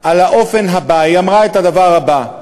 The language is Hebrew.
על האופן הבא, היא אמרה את הדבר הבא: